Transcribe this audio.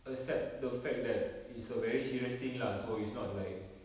accept the fact that it's a very serious thing lah so it's not like